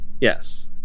Yes